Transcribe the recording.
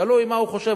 זה תלוי מה הוא חושב.